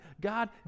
God